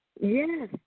Yes